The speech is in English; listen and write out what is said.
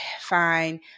fine